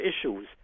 issues